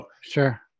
Sure